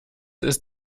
ist